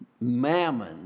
mammon